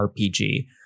RPG